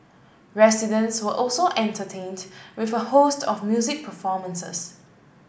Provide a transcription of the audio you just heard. residents were also entertained with a host of music performances